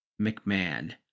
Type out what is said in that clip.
McMahon